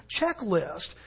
checklist